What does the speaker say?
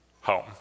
home